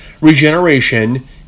Regeneration